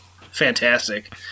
fantastic